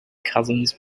cousins